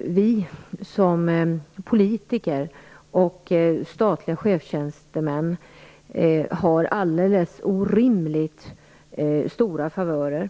vi som politiker och statliga chefstjänstemän har alldeles orimligt stora favörer.